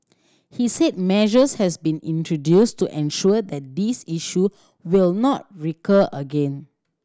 he said measures has been introduced to ensure that this issue will not recur again